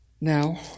Now